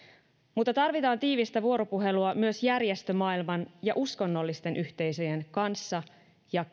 mutta tarvitaan tiivistä vuoropuhelua myös järjestömaailman ja uskonnollisten yhteisöjen kanssa ja